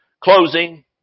closing